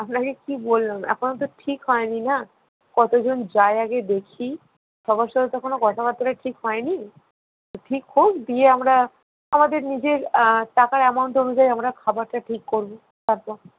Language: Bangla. আপনাকে কি বললাম এখনও তো ঠিক হয় নি না কতজন যায় আগে দেখি সবার সাথে তো এখনও কথাবাত্রা ঠিক হয় নি ঠিক হোক দিয়ে আমরা আমাদের নিজের টাকার অ্যামাউন্ট অনুযায়ী আমরা খাবারটা ঠিক করবো তারপর